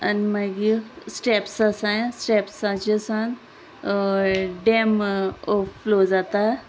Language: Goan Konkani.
आनी मागीर स्टेप्स आसा स्टेप्साचेर सावन डॅम फ्लो जाता